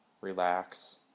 relax